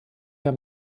der